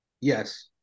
Yes